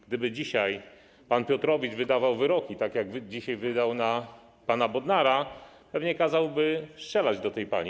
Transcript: Gdyby dzisiaj pan Piotrowicz wydawał wyroki, tak jak dzisiaj wydał na pana Bodnara, pewnie kazałby strzelać do tej pani.